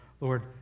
Lord